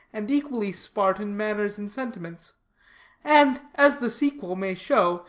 and equally spartan manners and sentiments and, as the sequel may show,